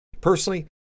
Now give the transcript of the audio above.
Personally